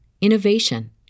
innovation